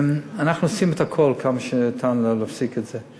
אנחנו עושים את הכול, כמה שאפשר, להפסיק את זה.